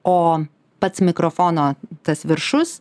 o pats mikrofono tas viršus